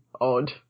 odd